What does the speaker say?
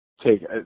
take